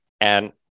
and-